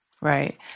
Right